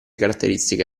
caratteristiche